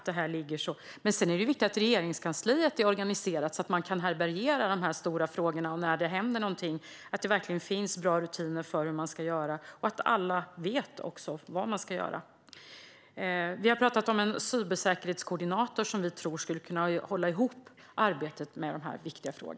Det är också viktigt att Regeringskansliet är organiserat så att man kan härbärgera dessa stora frågor, så att det finns bra rutiner för hur man ska göra när det händer någonting och så att alla vet vad de ska göra. Vi har talat om en cybersäkerhetskoordinator, som vi tror skulle kunna hålla ihop arbetet med dessa viktiga frågor.